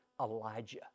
Elijah